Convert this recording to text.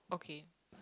okay